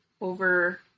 over